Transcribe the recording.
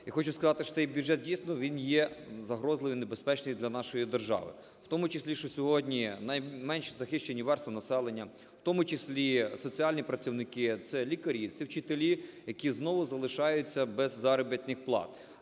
І хочу сказати, що цей бюджет, дійсно, він є загрозливий, небезпечний для нашої держави: у тому числі, що сьогодні найменш захищені версти населення, у тому числі соціальні працівники (це лікарі, це вчителі), які знову залишаються без заробітних плат.